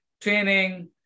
training